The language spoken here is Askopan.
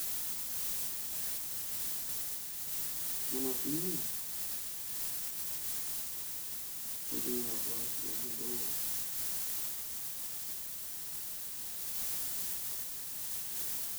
Manap ne oito ngera pura purai dovoit.